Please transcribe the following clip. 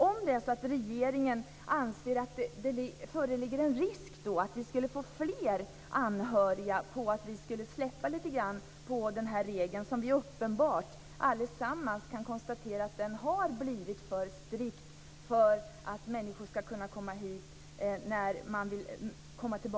Om regeringen anser att det föreligger en risk för att vi skulle få fler anhöriginvandrare om vi släppte lite grann på den här regeln, skulle man kunna ha en årlig särskild kvot för just anhöriginvandring tills lagstiftningen har rättats till.